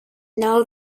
now